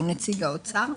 הוא נציג האוצר,